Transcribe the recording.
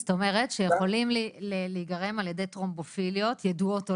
זאת אומרת שיכולים להיגרם על ידי טרומבופיליות ידועות או